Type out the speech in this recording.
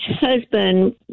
husband